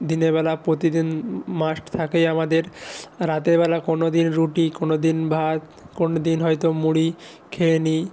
দিনের বেলা প্রতিদিন মাস্ট থাকেই আমাদের রাতেরবেলা কোনোদিন রুটি কোনোদিন ভাত কোনোদিন হয়তো মুড়ি খেয়ে নিই